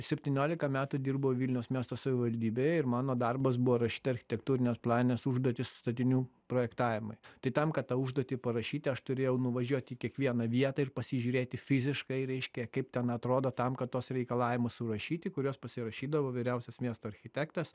septyniolika metų dirbau vilniaus miesto savivaldybėje ir mano darbas buvo rašyt architektūrines planines užduotis statinių projektavimui tai tam kad tą užduotį parašyti aš turėjau nuvažiuot į kiekvieną vietą ir pasižiūrėti fiziškai reiškia kaip ten atrodo tam kad tuos reikalavimus surašyti kuriuos pasirašydavo vyriausias miesto architektas